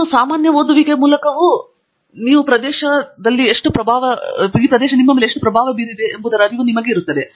ನಿಮ್ಮ ಸಾಮಾನ್ಯ ಓದುವ ಮೂಲಕವೂ ಸಹ ನೀವು ಪ್ರದೇಶವನ್ನು ಎಷ್ಟು ಪ್ರಭಾವ ಬೀರಿದೆ ಎಂಬುದರ ಅರಿವು ಸಹ ಇರುತ್ತದೆ